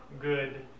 Good